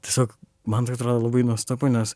tiesiog man tai atrodo labai nuostabu nes